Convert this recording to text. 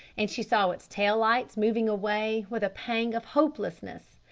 and she saw its tail lights moving away with a pang of hopelessness.